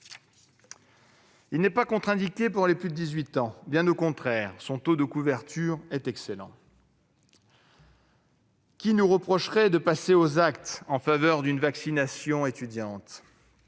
n'est pas contre-indiqué pour les plus de dix-huit ans. Bien au contraire : son taux de couverture est excellent ! Qui nous reprocherait de passer aux actes en faveur d'une vaccination étudiante ?